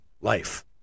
life